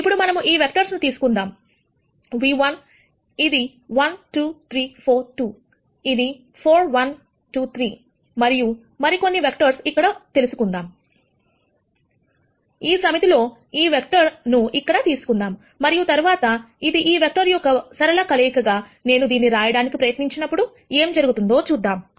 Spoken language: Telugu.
ఇప్పుడు మనము ఈ వెక్టర్స్ ను తీసుకుందాం v1 ఇది 1 2 3 4 2 ఇది 4 1 2 3 మరియు యు మరికొన్ని వెక్టర్స్ ఇక్కడ తెలుసుకుందాం ఈ సమితి లో ఈ వెక్టర్ ను ఇక్కడ తీసుకుందాం మరియు తర్వాత ఇది ఈ వెక్టర్ యొక్క ఒక సరళ కలయిక గా నేను దీన్ని రాయడానికి ప్రయత్నించినప్పుడు ఏం జరుగుతుందో చూద్దాం